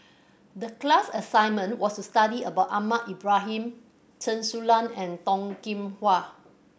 the class assignment was to study about Ahmad Ibrahim Chen Su Lan and Toh Kim Hwa